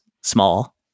small